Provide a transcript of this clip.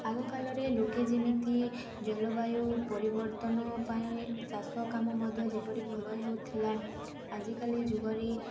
ଆଗକାଳରେ ଲୋକେ ଯେମିତି ଜଳବାୟୁ ପରିବର୍ତ୍ତନ ପାଇଁ ଚାଷ କାମ ମଧ୍ୟ ଯେପରି ଭଲ ହେଉଥିଲା ଆଜିକାଲି ଯୁଗରେ